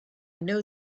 know